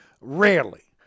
rarely